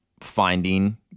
finding